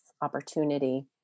opportunity